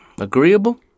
agreeable